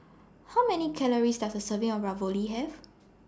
How Many Calories Does A Serving of Ravioli Have